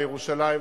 בירושלים,